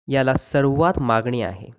याला सर्वांत मागणी आहे